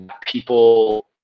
people